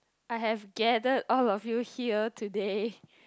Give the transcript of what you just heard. I have gathered all of you here today